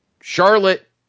Charlotte